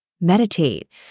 meditate